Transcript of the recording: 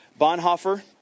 Bonhoeffer